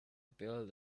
built